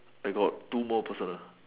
I got two more personal